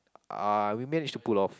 uh we manage to pull off